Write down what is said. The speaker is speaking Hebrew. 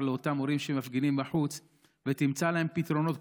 לאותם הורים שמפגינים בחוץ ותמצא להם פתרונות,